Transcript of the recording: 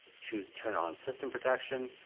choose turn on system protection,